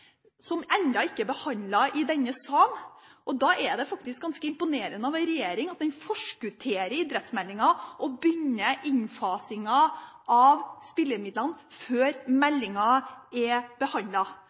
som ennå ikke er behandlet i denne sal. Da er det ganske imponerende av en regjering at den forskutterer idrettsmeldingen og begynner innfasingen av spillemidlene før